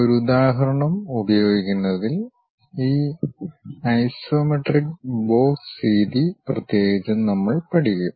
ഒരു ഉദാഹരണം ഉപയോഗിക്കുന്നതിൽ ഈ ഐസോമെട്രിക് ബോക്സ് രീതി പ്രത്യേകിച്ചും നമ്മൾ പഠിക്കും